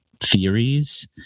theories